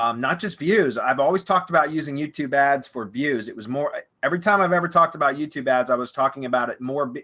um not just views. i've always talked about using youtube ads for views, it was more every time i've ever talked about youtube ads, i was talking about it more,